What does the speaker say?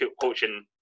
coaching